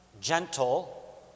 gentle